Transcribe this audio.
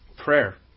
Prayer